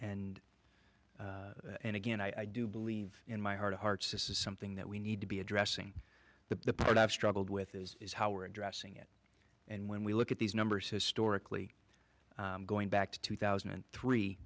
coming and again i do believe in my heart of hearts this is something that we need to be addressing the part i've struggled with is how we're addressing it and when we look at these numbers historically going back to two thousand and three